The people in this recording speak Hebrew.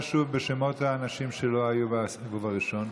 האנשים שלא היו בסיבוב הראשון.